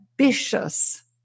ambitious